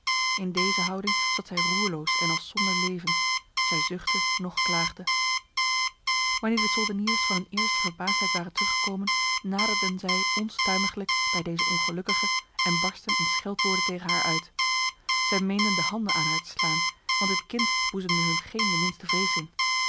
in deze houding zat zij roerloos en als zonder leven zij zuchtte noch klaagde wanneer de soldeniers van hun eerste verbaasdheid waren teruggekomen naderden zij onstuimiglijk bij deze ongelukkige en barstten in scheldwoorden tegen haar uit zij meenden de handen aan haar te slaan want dit kind boezemde hun geen de minste vrees in